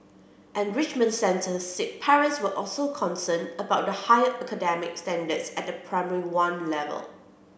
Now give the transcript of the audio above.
enrichment centres said parents were also concerned about the higher academic standards at the Primary One level